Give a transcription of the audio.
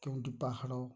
କେଉଁଠି ପାହାଡ଼